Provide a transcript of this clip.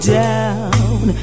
down